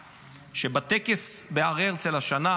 שבטקס בהר הרצל השנה